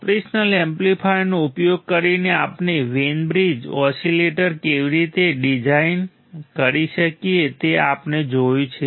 operational એમ્પ્લીફાયરનો ઉપયોગ કરીને આપણે વેઈન બ્રિજ ઓસીલેટર કેવી રીતે ડીઝાઈન કરી શકીએ તે આપણે જોયું છે